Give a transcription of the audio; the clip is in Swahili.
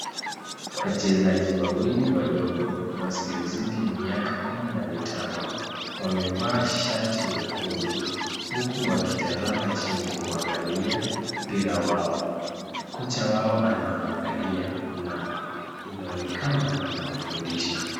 Wachezaji wawili wadogo wasiozidi miaka kumi na mitano wamevaa shati nyekundu huku wakitazama chini kuangalia mpira wao. Kocha wao anawaangalia na inaonekana anawafundisha.